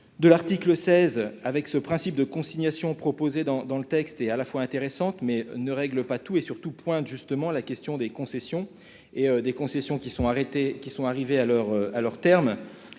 de l'article 16 avec ce principe de consignation proposés dans dans le texte et à la fois intéressantes mais ne règle pas tout et surtout pointe justement la question des concessions et des concessions qui sont arrêtés, qui sont